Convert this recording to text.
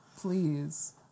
Please